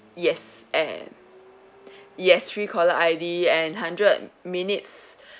yes add yes free caller I_D and hundred minutes